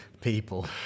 people